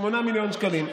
8 מיליון שקלים.